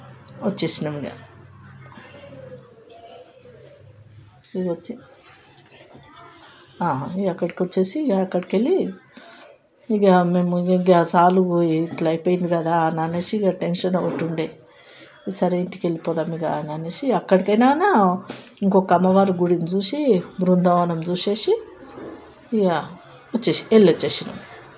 వచ్చేసినాము ఇంకా ఇక వచ్చి ఇంకా అక్కడికి వచ్చేసి ఇక మేము ఇక సాలు పోయేది ఇట్లా అయిపోయింది కదా అని అనేసి ఇంకా టెన్షన్ ఒకటి ఉండే సరే ఇంకా ఇంటికి పోదాము ఇక అక్కడే ఇంకా ఇంకొక అమ్మవారి గుడిని చూసి బృందావనం చూసేసి ఇక వచ్చేసినాము వెళ్ళి వచ్చేసినాము